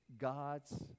God's